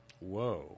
Whoa